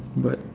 but